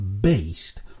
based